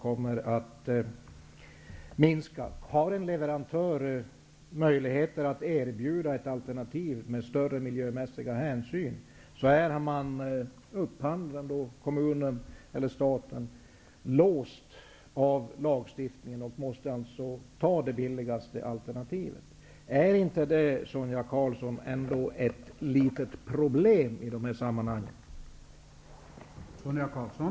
Om en leverantör har möjligheter att erbjuda ett alternativ med större miljömässiga hänsyn är upphandlaren, dvs. kommunen eller staten, låst av lagstiftningen och måste ta det billigaste alternativet. Är inte det ett litet problem i dessa sammanhang, Sonia Karlsson?